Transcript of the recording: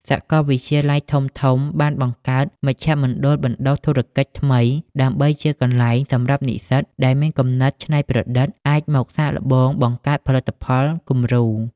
សាកលវិទ្យាល័យធំៗបានបង្កើត "មជ្ឈមណ្ឌលបណ្ដុះធុរកិច្ចថ្មី" ដើម្បីផ្ដល់ជាកន្លែងសម្រាប់និស្សិតដែលមានគំនិតច្នៃប្រឌិត អាចមកសាកល្បងបង្កើតផលិតផលគំរូ ។